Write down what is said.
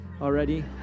already